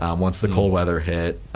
um once the cold weather hit,